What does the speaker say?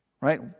right